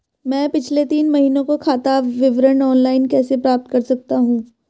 मैं पिछले तीन महीनों का खाता विवरण ऑनलाइन कैसे प्राप्त कर सकता हूं?